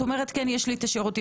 את אומרת: יש לי השירותים.